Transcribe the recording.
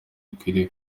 gikwiriye